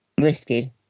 Risky